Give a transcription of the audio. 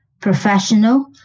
professional